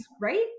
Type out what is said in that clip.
right